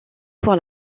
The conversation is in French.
pour